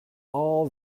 all